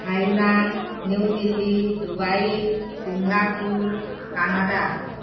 Thailand New Delhi Dubai Singapore Canada